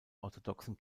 orthodoxen